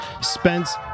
Spence